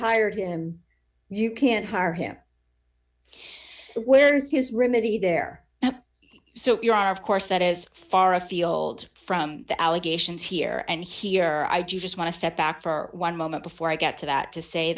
hired him you can't hire him where is his remit he there so your honor of course that is far afield from the allegations here and here i just want to step back for one moment before i get to that to say